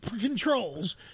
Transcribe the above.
controls